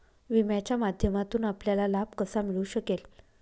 विम्याच्या माध्यमातून आपल्याला लाभ कसा मिळू शकेल?